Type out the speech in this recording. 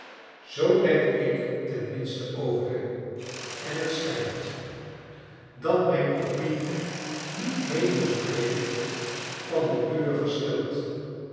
zoo denk ik ten minste over hem en het schijnt charles dickens dat mijn opinie niet liemelsbreeci van do uwe verschilt